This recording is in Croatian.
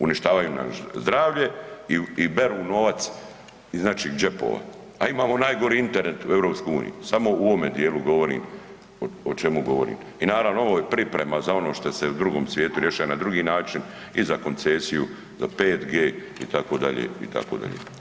Uništavaju nam zdravlje i beru novac iz naših džepova a imamo najgori Internet u EU, samo u ovome djelu govorim, o čemu govorim i naravno, ovo je priprema za ono što se u drugom svijetu rješava na drugi način, i za koncesiju, za 5G itd., itd.